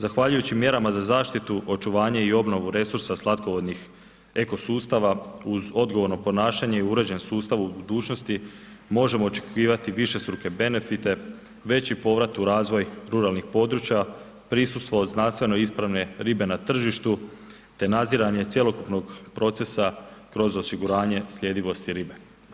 Zahvaljujući mjerama za zaštitu, očuvanje i obnovu resursa slatkovodnih eko sustava uz odgovorno ponašanja i uređen sustav u budućnosti možemo očekivati višestruke benefite, veći povrat u razvoj ruralnih područja, prisustvo znanstveno ispravne ribe na tržištu te nadziranje cjelokupnog procesa kroz osiguranje sljedivosti ribe.